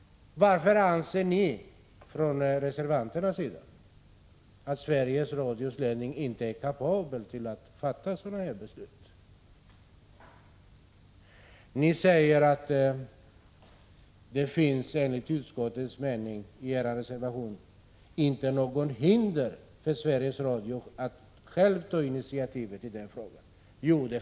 Varför anser ni från reservanternas sida att Sveriges Radios ledning inte är kapabel att fatta de aktuella besluten? Ni säger i er reservation 4 att det enligt utskottets mening inte finns något hinder för Sveriges Radio att självt ta initiativ i denna fråga.